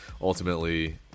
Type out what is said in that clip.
ultimately